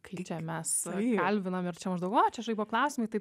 kai čia mes kalbinam ir čia maždaug o čia žaibo klausimai taip